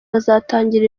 bazatangira